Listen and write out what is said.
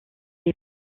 est